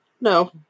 no